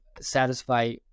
satisfy